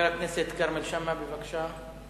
חבר הכנסת כרמל שאמה, בבקשה.